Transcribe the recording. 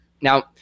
Now